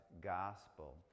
gospel